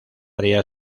área